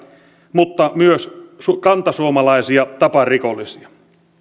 mutta myös kantasuomalaisia taparikollisia